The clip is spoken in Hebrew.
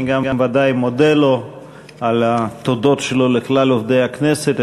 אני גם ודאי מודה לו על התודות שלו לכלל עובדי הכנסת.